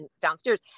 downstairs